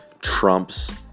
trumps